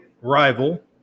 rival